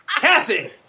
Cassie